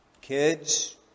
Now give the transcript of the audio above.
Kids